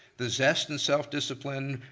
the zest and self-discipline,